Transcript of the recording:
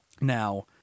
Now